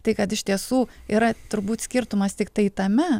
tai kad iš tiesų yra turbūt skirtumas tiktai tame